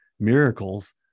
miracles